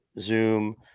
zoom